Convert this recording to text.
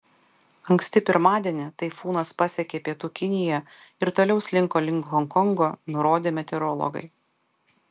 anksti pirmadienį taifūnas pasiekė pietų kiniją ir toliau slinko link honkongo nurodė meteorologai